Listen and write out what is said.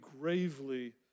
gravely